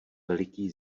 veliký